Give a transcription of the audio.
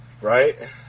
Right